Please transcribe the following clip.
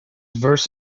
verse